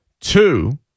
Two